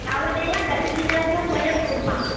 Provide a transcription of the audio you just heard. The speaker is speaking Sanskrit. तावदेव दशदिनार्थं वयं कुर्मः